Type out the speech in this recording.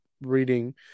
reading